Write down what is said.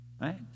right